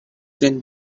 can